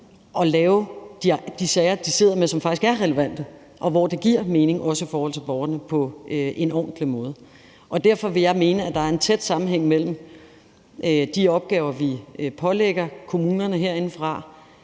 behandle de sager, de sidder med, som faktisk er relevante, og hvor det giver mening, også i forhold til borgerne, på en ordentlig måde. Derfor vil jeg mene, at der er en tæt sammenhæng mellem de opgaver, vi pålægger kommunerne herindefra